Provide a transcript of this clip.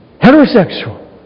Heterosexual